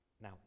Now